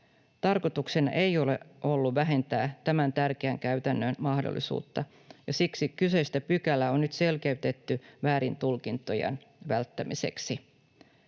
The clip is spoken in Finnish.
Tarkoituksena ei ole ollut vähentää tämän tärkeän käytännön mahdollisuutta, ja siksi kyseistä pykälää on nyt selkeytetty väärintulkintojen välttämiseksi.